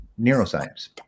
neuroscience